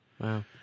Wow